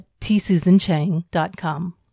tsusanchang.com